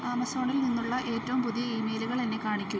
ആമസോണിൽ നിന്നുള്ള ഏറ്റവും പുതിയ ഇമെയിലുകൾ എന്നെ കാണിക്കൂ